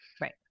Right